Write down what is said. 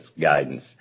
guidance